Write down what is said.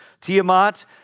Tiamat